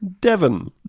Devon